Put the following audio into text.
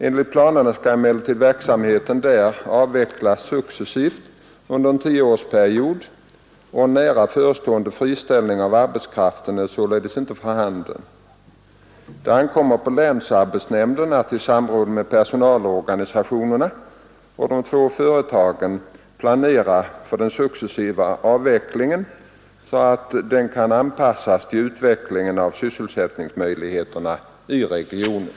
Enligt planerna skall emellertid verksamheten där avvecklas successivt under en tioårsperiod, och en nära förestående friställning av arbetskraften är således inte för handen. Det ankommer på länsarbetsnämnden att i samråd med personalorganisationerna och de två företagen planera för den successiva avvecklingen så att den kan anpassas till utvecklingen av sysselsättningsmöjligheterna i regionen.